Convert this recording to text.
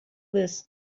this